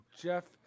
Jeff